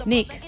Nick